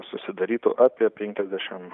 susidarytų apie penkiasdešimt